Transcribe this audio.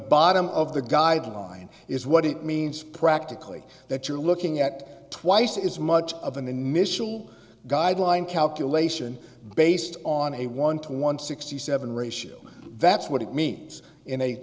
bottom of the guideline is what it means practically that you're looking at twice as much of an initial guideline calculation based on a one to one sixty seven ratio that's what it means in a